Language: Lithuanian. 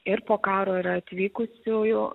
ir po karo yra atvykusiųjų